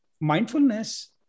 Mindfulness